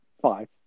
Five